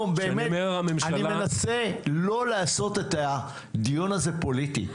אני מנסה שלא לעשות את הדיון הזה פוליטי.